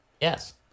Yes